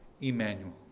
Emmanuel